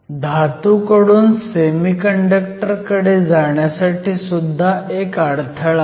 धातूकडून semiconductor कडे जाण्यासाठी सुद्धा एक अडथळा आहे